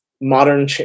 modern